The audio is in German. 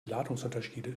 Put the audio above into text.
ladungsunterschiede